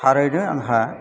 थारैनो आंहा